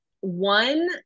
One